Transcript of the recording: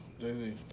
Jay-Z